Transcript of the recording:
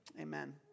Amen